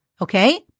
okay